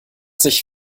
sich